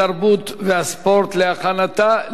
התרבות והספורט נתקבלה.